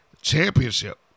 championship